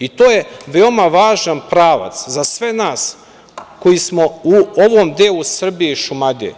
I to je veoma važan pravac za sve nas koji smo u ovom delu Srbije i Šumadije.